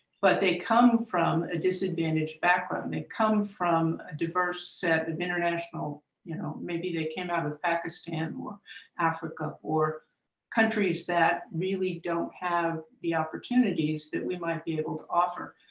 but they come from a disadvantaged background. and they come from a diverse set of international you know, maybe they came out of pakistan or africa or countries that really don't have the opportunities that we might be able to offer.